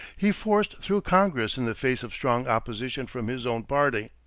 he forced through congress in the face of strong opposition from his own party.